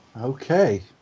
Okay